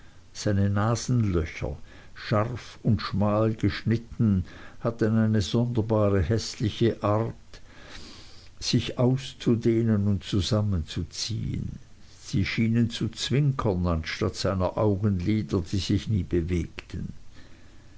seine nasenlöcher scharf und schmal geschnitten hatten eine sonderbare häßliche art sich auszudehnen und zusammenzuziehen sie schienen zu zwinkern anstatt seiner augenlider die sich nie bewegten